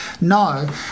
no